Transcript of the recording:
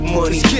money